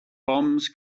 bombs